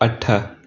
अठ